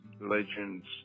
legends